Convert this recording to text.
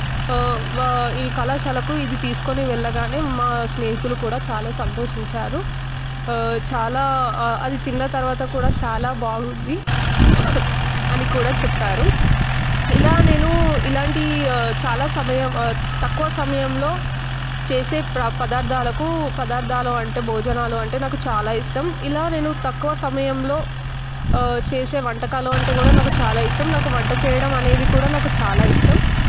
ఈ కళాశాలకు ఇది తీసుకొని వెళ్లగానే మా స్నేహితులు కూడా చాలా సంతోషించారు చాలా అది తిన్న తర్వాత కూడా చాలా బాగుంది అని కూడా చెప్పారు ఇలా నేను ఇలాంటి చాలా సమయం తక్కువ సమయంలో చేసే ప్ర పదార్థాలకు పదార్థాలు అంటే భోజనాలు అంటే నాకు చాలా ఇష్టం ఇలా నేను తక్కువ సమయంలో చేసే వంటకాలు అంటే కూడా నాకు చాలా ఇష్టం నాకు వంట చేయడం అనేది కూడా నాకు చాలా ఇష్టం